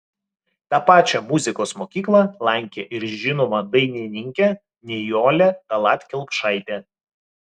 tą pačią muzikos mokyklą lankė ir žinoma dainininkė nijolė tallat kelpšaitė